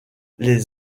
des